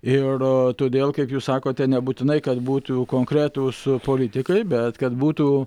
ir todėl kaip jūs sakote nebūtinai kad būtų konkretūs politikai bet kad būtų